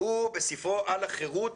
שהוא בספרו "על החירות",